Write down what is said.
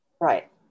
Right